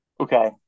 okay